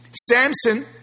Samson